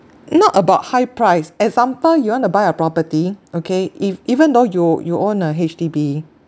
not about high price example you want to buy a property okay ev~ even though you you own a H_D_B